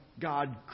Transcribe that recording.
God